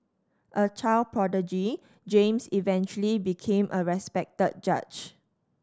a child prodigy James eventually became a respected judge